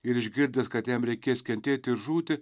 ir išgirdęs kad jam reikės kentėti ir žūti